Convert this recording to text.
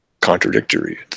contradictory